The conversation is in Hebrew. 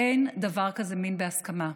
אין דבר כזה מין בהסכמה.